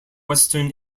western